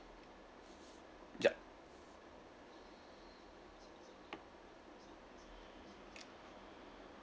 yup